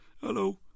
hello